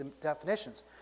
definitions